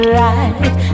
right